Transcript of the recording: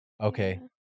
Okay